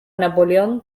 napoleón